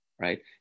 right